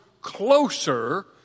closer